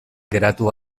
geratu